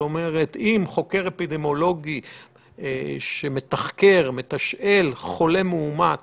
אם לחוקר אפידמיולוגי שמתחקר, מתשאל חולה מאומת